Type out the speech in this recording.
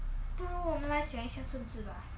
不如我们来讲一些政治吧